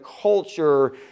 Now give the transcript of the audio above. culture